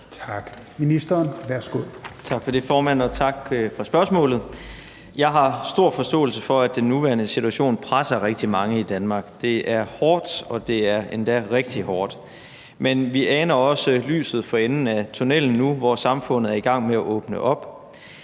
Tak for det, formand. Og tak for spørgsmålet. Jeg har stor forståelse for, at den nuværende situation presser rigtig mange i Danmark. Det er hårdt, og det er endda rigtig hårdt. Men vi aner også lyset for enden af tunnellen nu, hvor samfundet er i gang med at åbne op.